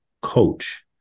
coach